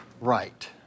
right